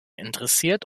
interessiert